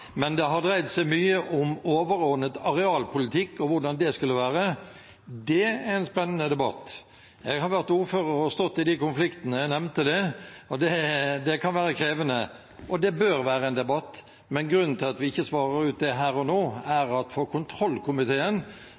Det har dreid seg mye om overordnet arealpolitikk og hvordan det skulle være. Det er en spennende debatt. Jeg har vært ordfører og har stått i de konfliktene – jeg nevnte det – og det kan være krevende, og det bør være en debatt. Men grunnen til at vi ikke svarer på det her og nå, er at for kontrollkomiteen